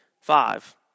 Five